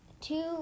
two